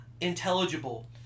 intelligible